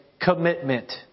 commitment